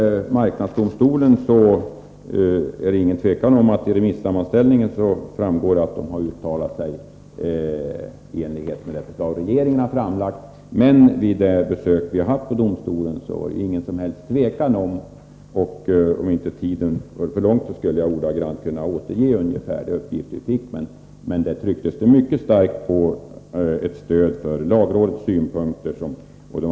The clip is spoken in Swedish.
Marknadsdomstolen har i remissammanställningen uttalat sig i enlighet med vad regeringen framlagt, men vid det besök vi gjorde på domstolen var det ingen tvekan om att det trycktes mycket starkt på stöd för lagrådets synpunkter. Om inte tiden vore så knapp skulle jag kunna ordagrant återge de uppgifter vi fick.